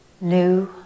new